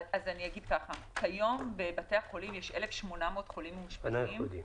כיום בבתי החולים יש 1,800 חולים מאושפזים.